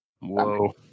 whoa